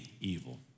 evil